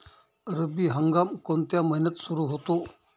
रब्बी हंगाम कोणत्या महिन्यात सुरु होतो?